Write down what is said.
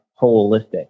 holistic